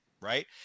right